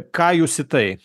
ką jūs į tai